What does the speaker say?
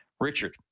Richard